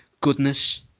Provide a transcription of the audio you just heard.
goodness